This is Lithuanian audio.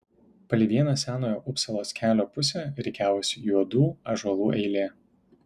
palei vieną senojo upsalos kelio pusę rikiavosi juodų ąžuolų eilė